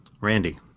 Randy